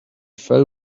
fell